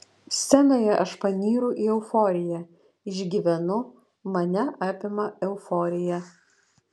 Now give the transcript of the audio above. scenoje aš panyru į euforiją išgyvenu mane apima euforija